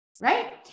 right